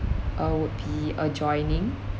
uh would be adjoining